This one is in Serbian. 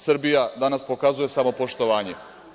Srbija danas pokazuje samopoštovanje.